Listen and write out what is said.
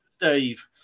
Dave